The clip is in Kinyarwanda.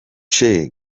che